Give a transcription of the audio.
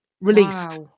released